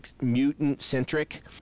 Mutant-centric